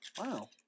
Wow